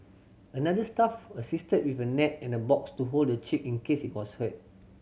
another staff assisted with a net and a box to hold the chick in case it was hurt